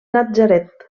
natzaret